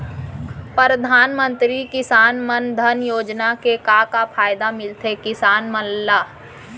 परधानमंतरी किसान मन धन योजना के का का फायदा मिलथे किसान मन ला?